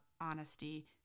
honesty